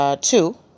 two